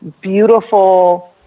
beautiful